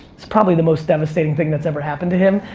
it's probably the most devastating thing that's ever happened to him,